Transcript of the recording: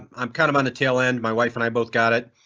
i'm kind of on the tail end. my wife and i both got it.